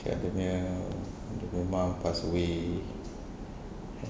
dia punya dia mum passed away and